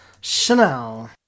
Chanel